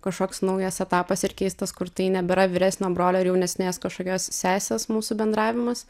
kažkoks naujas etapas ir keistas kur tai nebėra vyresnio brolio ir jaunesnės kažkokios sesės mūsų bendravimas